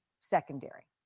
secondary